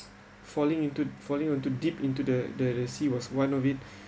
falling into falling onto deep into the the sea was one of it